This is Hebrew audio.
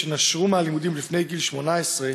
שנשרו מהלימודים לפני גיל 18,